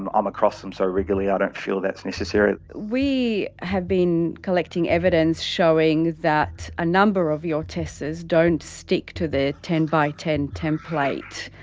i'm um across them so regularly i don't feel that's necessary. we have been collecting evidence showing that a number of your testers don't stick to the ten by ten template.